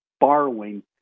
borrowing